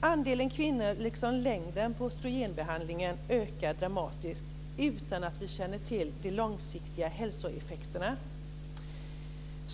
Andelen kvinnor liksom längden på östrogenbehandlingen ökar dramatiskt utan att vi känner till de långsiktiga hälsoeffekterna.